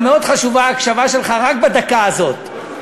מאוד חשובה ההקשבה שלך רק בדקה הזאת,